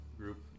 group